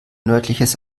nördliches